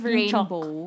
rainbow